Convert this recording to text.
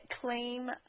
claim